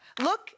Look